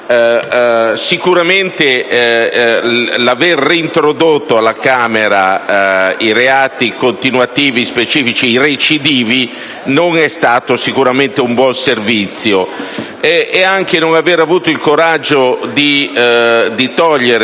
Sicuramente l'aver reintrodotto alla Camera i reati continuativi specifici recidivi non è stato un buon servizio. Non si è poi avuto il coraggio di sopprimere